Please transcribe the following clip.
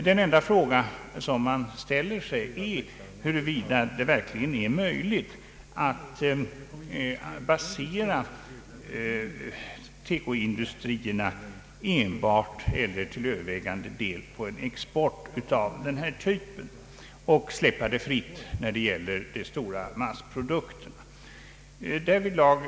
Den enda fråga man ställer sig är huruvida det verkligen är möjligt att basera TEKO-industrierna enbart eller till övervägande del på en export av den här typen och att släppa de stora massprodukterna fria för import.